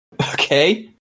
Okay